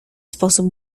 sposób